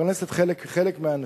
ומפרנסת חלק מהאנשים.